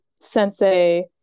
sensei